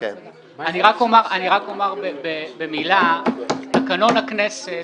אני רק אומר במילה תקנון הכנסת